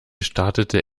startete